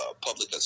public